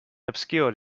obscured